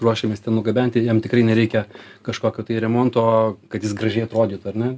ruošiamės ten nugabenti jam tikrai nereikia kažkokio tai remonto kad jis gražiai atrodytų ar ne